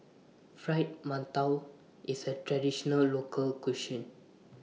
Fried mantou IS A Traditional Local Cuisine